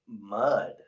Mud